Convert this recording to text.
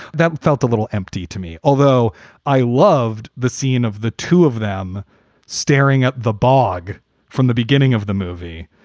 that felt a little empty to me, although i loved the scene of the two of them staring at the bog from the beginning of the movie.